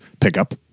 pickup